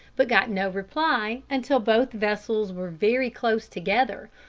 but got no reply until both vessels were very close together,